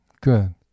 good